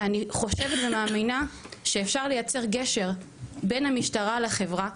ואני חושבת ומאמינה שאפשר לייצר גשר בין המשטרה לחברה,